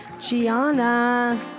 Gianna